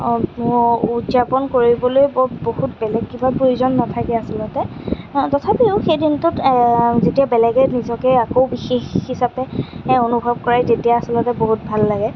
উদযাপন কৰিবলৈ বহুত বেলেগ কিবাৰ প্ৰয়োজন নাথাকে আচলতে তথাপিও সেই দিনটোত যেতিয়া বেলেগে নিজকে আকৌ বিশেষ হিচাপে অনুভৱ কৰায় তেতিয়া আচলতে বহুত ভাল লাগে